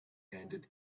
hand